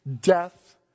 death